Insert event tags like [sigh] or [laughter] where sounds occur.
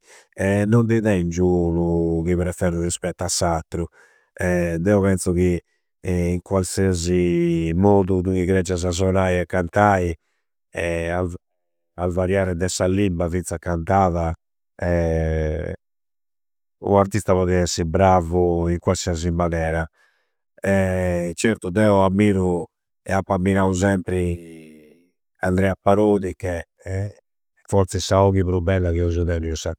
[hesitation] Non di tengiu unu chi preferru rispettu a s'attru [hesitation] deu penzu chi in qualsiasi modu n'ui creggiasa sonai e cantai [hesitation] al v. Al variare de sa limba finza cantada [hesitation] u'artista potidi essi bravu in qualsiasi manera. [hesitation] Certu deu ammiru e appu ammirau sempri Andra parodi che forzi sa ochi pru bella chi euseu tenniu in Sa.